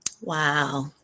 Wow